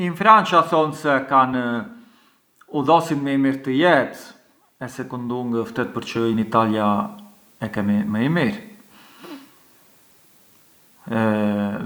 In França thon se kan udhosin më i mirë të jetës, e sekundu u ngë ë ftet përçë in Italia e kemi më i mirë,